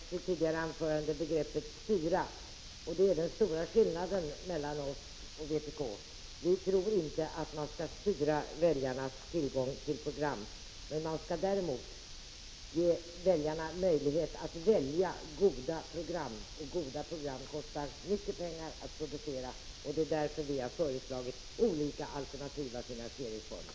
Herr talman! Bo Hammar använde i sitt första anförande begreppet ”styra”, och på den punkten ligger den stora skillnaden mellan oss och vpk. Vi tror inte att man skall styra tittarnas tillgång till program, men man skall ge dem möjlighet att välja goda program. Goda program kostar mycket pengar att producera, och det är därför som vi har föreslagit olika alternativa finansieringsformer.